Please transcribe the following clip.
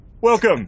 welcome